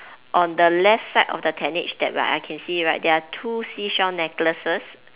on the left side of the tentage that I can see right there are two seashell necklaces